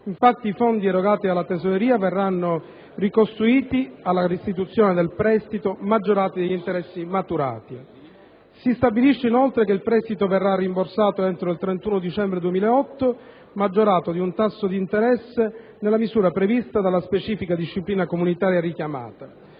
Infatti, i fondi erogati dalla Tesoreria verranno ricostituiti alla restituzione del prestito, maggiorati degli interessi maturati. Si stabilisce, inoltre, che il prestito verrà rimborsato entro il 31 dicembre 2008, maggiorato di un tasso di interesse nella misura prevista dalla specifica disciplina comunitaria richiamata.